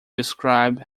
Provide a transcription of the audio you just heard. describe